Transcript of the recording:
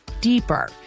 deeper